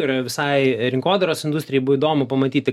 ir visai rinkodaros industrijai buvo įdomu pamatyti